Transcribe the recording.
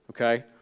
okay